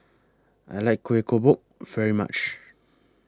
I like Kueh Kodok very much